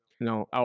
No